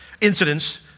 incidents